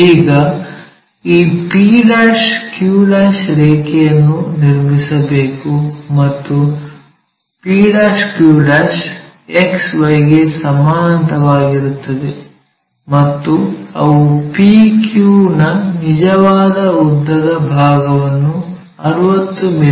ಈಗ ಈ p q ರೇಖೆಯನ್ನು ನಿರ್ಮಿಸಬೇಕು ಮತ್ತು p q XY ಗೆ ಸಮಾನಾಂತರವಾಗಿರುತ್ತದೆ ಮತ್ತು ಅವು p q ನ ನಿಜವಾದ ಉದ್ದದ ಭಾಗವನ್ನು 60 ಮಿ